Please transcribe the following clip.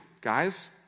guys